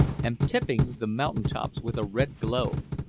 and tipping the mountain-tops with a red glow.